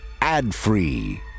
ad-free